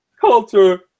culture